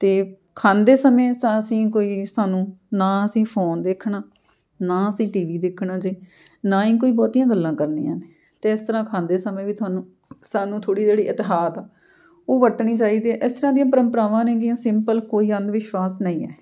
ਅਤੇ ਖਾਂਦੇ ਸਮੇਂ ਸ ਅਸੀਂ ਕੋਈ ਸਾਨੂੰ ਨਾ ਅਸੀਂ ਫ਼ੋਨ ਦੇਖਣਾ ਨਾ ਅਸੀਂ ਟੀ ਵੀ ਦੇਖਣਾ ਜੀ ਨਾ ਹੀ ਕੋਈ ਬਹੁਤੀਆਂ ਗੱਲਾਂ ਕਰਨੀਆਂ ਨੇ ਅਤੇ ਇਸ ਤਰ੍ਹਾਂ ਖਾਂਦੇ ਸਮੇਂ ਵੀ ਤੁਹਾਨੂੰ ਸਾਨੂੰ ਥੋੜ੍ਹੀ ਜਿਹੀ ਇਤਿਹਾਤ ਉਹ ਵਰਤਣੀ ਚਾਹੀਦੀ ਇਸ ਤਰ੍ਹਾਂ ਦੀਆਂ ਪਰੰਪਰਾਵਾਂ ਨੇਗੀਆਂ ਸਿੰਪਲ ਕੋਈ ਅੰਧ ਵਿਸ਼ਵਾਸ ਨਹੀਂ ਹੈ